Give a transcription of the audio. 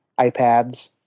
iPads